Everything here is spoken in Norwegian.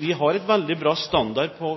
Vi har en veldig bra standard på